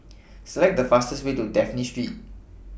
Select The fastest Way to Dafne Street